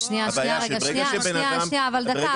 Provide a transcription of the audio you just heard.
שברגע שבן אדם --- אבל דקה,